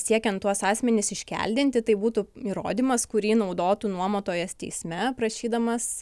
siekiant tuos asmenis iškeldinti tai būtų įrodymas kurį naudotų nuomotojas teisme prašydamas